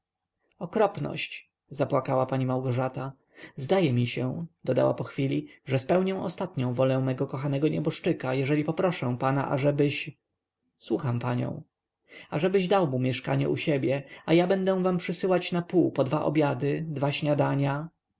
okropność zapłakała pani małgorzata zdaje mi się dodała pochwili że spełnię ostatnią wolę mego kochanego nieboszczyka jeżeli poproszę pana ażebyś słucham panią ażebyś dał mu mieszkanie u siebie a ja będę wam przysyłać na dół po dwa obiady dwa śniadania